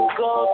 go